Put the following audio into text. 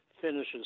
Finishes